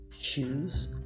shoes